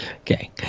Okay